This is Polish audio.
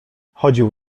chodził